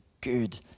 good